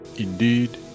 indeed